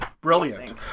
brilliant